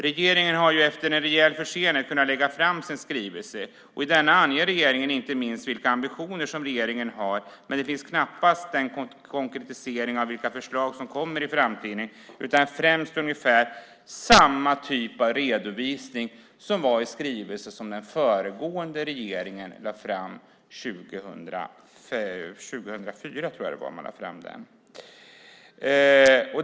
Regeringen har efter en rejäl försening kunnat lägga fram sin skrivelse. I denna anger regeringen inte minst vilka ambitioner den har. Men det finns knappast någon konkretisering av vilka förslag som kommer i framtiden. Det är ungefär samma typ av redovisning som det var i den skrivelse som den föregående regeringen lade fram - 2004 tror jag att det var.